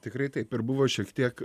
tikrai taip ir buvo šiek tiek